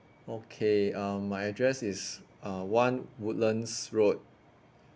okay um my address is uh one woodlands road